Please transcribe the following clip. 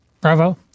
Bravo